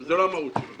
ולא זאת המהות שלו.